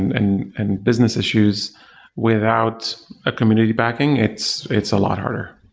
and and and business issues without a community backing, it's it's a lot harder